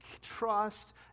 trust